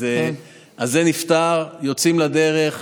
אז זה נפתר, יוצאים לדרך,